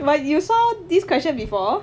but you saw this question before